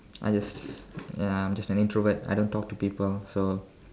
I just ya I'm just an introvert I don't talk to people so